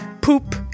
poop